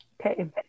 Okay